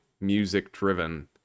music-driven